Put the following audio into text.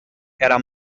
era